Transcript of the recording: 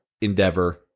endeavor